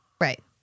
Right